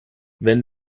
wenn